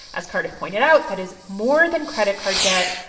as cardiff pointed out, that is more than credit card debt,